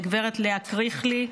לגברת לאה קריכלי,